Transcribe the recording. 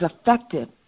effective